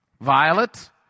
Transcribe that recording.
Violet